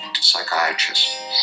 psychiatrist